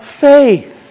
faith